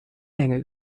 länge